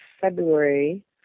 February